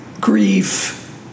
grief